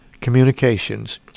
Communications